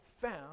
found